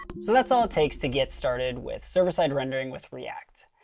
so that's all it takes to get started with server-side rendering with react.